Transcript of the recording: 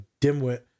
dimwit